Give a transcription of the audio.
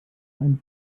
ein